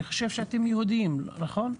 אני חושב שאתם יהודים, נכון?